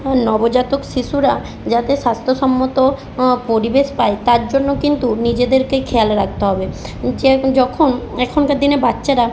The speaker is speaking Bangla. হ্যাঁ নবজাতক শিশুরা যাতে স্বাস্থ্যসম্মত পরিবেশ পায় তার জন্য কিন্তু নিজেদেরকে খেয়াল রাখতে হবে যেরকম যখন এখনকার দিনে বাচ্চারা